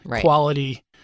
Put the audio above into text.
Quality